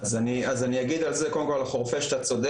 אז אני אגיד על זה קודם כל על חורפיש אתה צודק,